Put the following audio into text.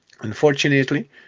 unfortunately